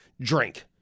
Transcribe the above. drink